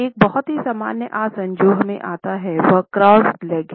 एक बहुत ही सामान्य आसन जो हमें आता है वह क्रॉस लेग्स है